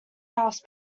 house